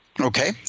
Okay